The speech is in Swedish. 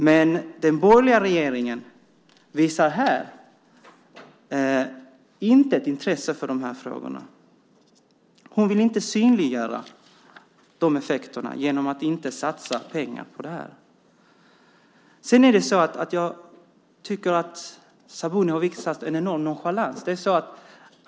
Men den borgerliga regeringen visar här inte ett intresse för de här frågorna. Ministern vill inte synliggöra de effekterna, och därför satsas inga pengar på det här. Jag tycker att Sabuni har visat en enorm nonchalans.